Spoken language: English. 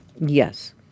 Yes